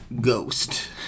ghost